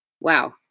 wow